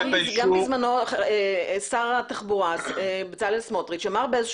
בזמנו שר התחבורה בצלאל סמוטריץ' אמר באיזשהו